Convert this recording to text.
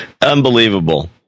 Unbelievable